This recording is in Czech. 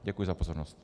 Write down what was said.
Děkuji za pozornost.